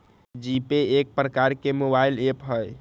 GPay एक प्रकार के मोबाइल ऐप हइ